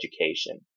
education